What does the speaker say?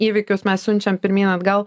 įvykius mes siunčiam pirmyn atgal